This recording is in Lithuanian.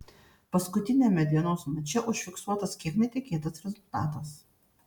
paskutiniame dienos mače užfiksuotas kiek netikėtas rezultatas